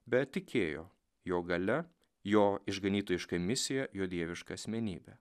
bet tikėjo jo galia jo ir išganytojiškai misija jo dieviška asmenybė